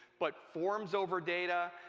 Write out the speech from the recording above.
but forms over data,